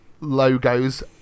Logos